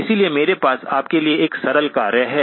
इसलिए मेरे पास आपके लिए एक सरल कार्य है